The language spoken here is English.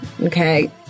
Okay